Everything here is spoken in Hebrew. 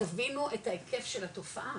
תבינו את ההיקף של התופעה,